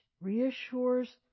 reassures